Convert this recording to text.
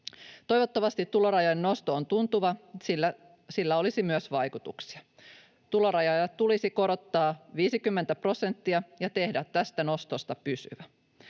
Toivottavasti tulorajojen nosto on tuntuva, siten sillä olisi myös vaikutuksia. Tulorajoja tulisi korottaa 50 prosenttia ja tehdä tästä nostosta pysyvä.